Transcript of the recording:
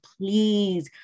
please